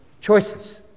Choices